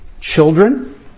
children